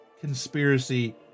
conspiracy